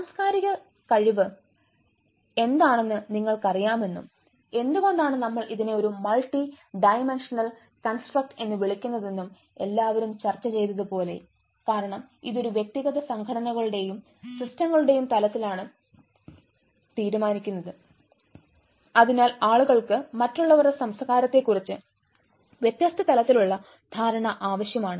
സാംസ്കാരിക കഴിവ് എന്താണെന്ന് നിങ്ങൾക്കറിയാമെന്നും എന്തുകൊണ്ടാണ് നമ്മൾ ഇതിനെ ഒരു മൾട്ടി ഡൈമെൻഷണൽ കൺസ്ട്രക്റ്റ് എന്ന് വിളിക്കുന്നതെന്നും എല്ലാവരും ചർച്ച ചെയ്തത്പോലെ കാരണം ഇത് വ്യക്തിഗത സംഘടനയുടെയും സിസ്റ്റങ്ങളുടെയും തലത്തിലാണ് തീരുമാനിക്കുന്നത് അതിനാൽ ആളുകൾക്ക് മറ്റുള്ളവരുടെ സംസ്കാരത്തെക്കുറിച്ച് വ്യത്യസ്ത തലത്തിലുള്ള ധാരണ ആവശ്യമാണ്